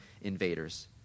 invaders